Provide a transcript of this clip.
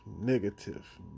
negative